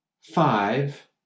five